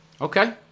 Okay